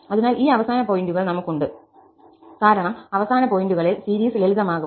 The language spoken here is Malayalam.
അതിനാൽ ഈ അവസാന പോയിന്റുകൾ നമുക് ഉണ്ട് കാരണം അവസാന പോയിന്റുകളിൽ സീരീസ് ലളിതമാക്കും